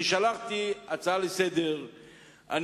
אני שלחתי הצעה לסדר-היום.